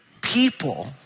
people